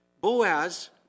Boaz